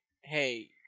hey